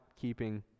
keeping